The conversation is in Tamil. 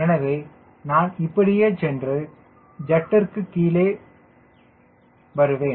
எனவே நான் இப்படியே சென்று ஜட்றிக்கு இங்கே கீழே வருவேன்